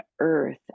earth